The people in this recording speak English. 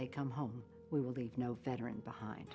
they come home we will be no veteran behind